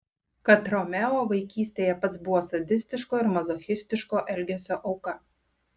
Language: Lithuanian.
kad romeo vaikystėje pats buvo sadistiško ir mazochistiško elgesio auka